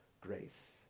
grace